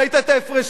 ראית את ההפרשים,